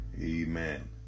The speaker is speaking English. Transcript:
amen